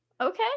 okay